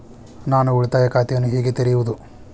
ನಾನು ಉಳಿತಾಯ ಖಾತೆಯನ್ನು ಹೇಗೆ ತೆರೆಯುವುದು?